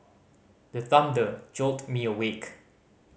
the thunder jolt me awake